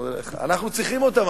אבל אנחנו צריכים אותם,